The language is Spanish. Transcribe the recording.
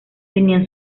tenían